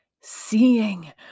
Seeing